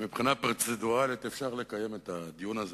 שלפיו מבחינה פרוצדורלית אפשר לקיים את הדיון הזה.